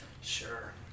Sure